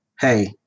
hey